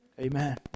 amen